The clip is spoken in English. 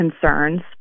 Concerns